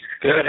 Good